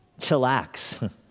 chillax